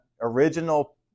original